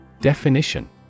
Definition